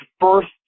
first